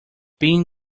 being